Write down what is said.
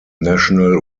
national